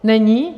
Není?